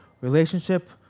Relationship